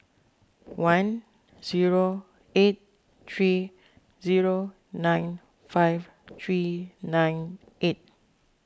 one zero eight three zero nine five three nine eight